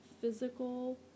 physical